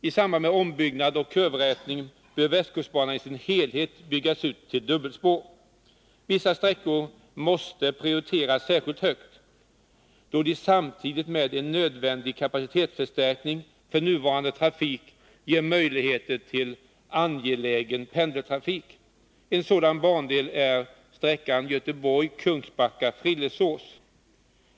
I samband med ombyggnad och kurvrätning bör Västkustbanan i sin helhet byggas ut till dubbelspår. Vissa sträckor måste prioriteras särskilt högt, då de samtidigt med en nödvändig kapacitetsförstärkning för nuvarande trafik ger möjligheter till angelägen pendeltrafik. En sådan bandel är Göteborg-Kungsbacka-Frillesås.